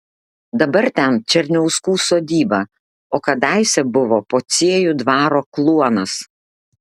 dabar ten černiauskų sodyba o kadaise buvo pociejų dvaro kluonas